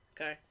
okay